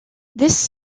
this